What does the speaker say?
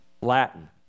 Latin